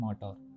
motor